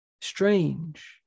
strange